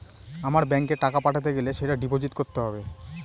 আমার ব্যাঙ্কে টাকা পাঠাতে গেলে সেটা ডিপোজিট করতে হবে